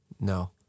No